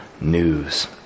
news